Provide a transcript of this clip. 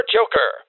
Joker